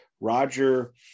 Roger